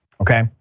okay